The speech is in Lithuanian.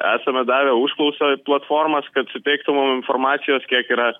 esame davę užklausoj platformos kad suteiktų mum informacijos kiek yra